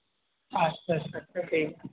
اچھا اچھا ٹھیک ہے